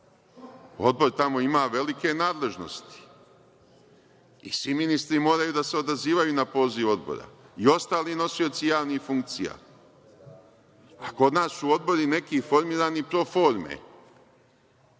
Odbor tamo ima velike nadležnosti i svi ministri moraju da se odazivaju na poziv odbora i ostali nosioci javnih funkcija. Kod nas su odbori neki formirani pro-forme